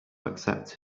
accept